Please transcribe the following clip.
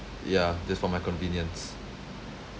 yeah just for my convenience